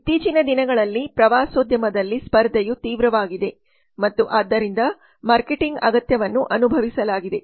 ಇತ್ತೀಚಿನ ದಿನಗಳಲ್ಲಿ ಪ್ರವಾಸೋದ್ಯಮದಲ್ಲಿ ಸ್ಪರ್ಧೆಯು ತೀವ್ರವಾಗಿದೆ ಮತ್ತು ಆದ್ದರಿಂದ ಮಾರ್ಕೆಟಿಂಗ್ ಅಗತ್ಯವನ್ನು ಅನುಭವಿಸಲಾಗಿದೆ